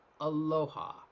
aloha